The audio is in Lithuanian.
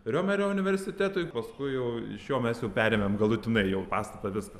riomerio universitetui paskui jau iš jo mes jau perėmėm galutinai jau pastatą visą